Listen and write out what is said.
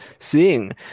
seeing